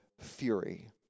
fury